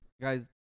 Guys